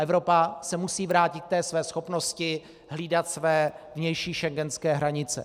Evropa se musí vrátit k té své schopnosti hlídat své vnější schengenské hranice.